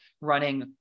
running